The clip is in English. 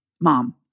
Mom